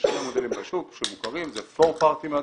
יש שני מודלים מוכרים בשוק Four Party Model